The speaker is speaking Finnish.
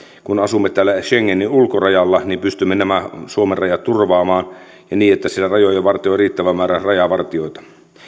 kun asumme täällä schengenin ulkorajalla niin pystymme nämä suomen rajat turvaamaan niin että siellä rajoja vartioi riittävä määrä rajavartijoita